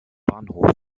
bahnhof